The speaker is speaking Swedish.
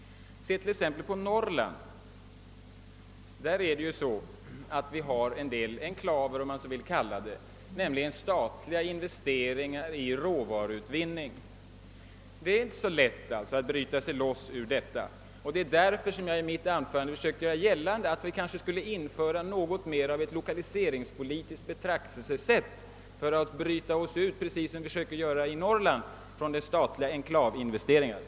Se t.ex. på Norrland! Där har vi en del enklaver, om man vill kalla dem så, alltså statliga investeringar i råvaruutvinning. Det är uppenbarligen inte så lätt att bryta sig loss ur detta system. Därför försökte jag i mitt anförande påvisa att vi borde införa ett mer lokaliseringspolitiskt betraktelsesätt för att bryta oss ut, precis som vi försöker göra i Norrland från de statliga enklavinvesteringarna.